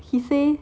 he say